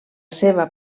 seva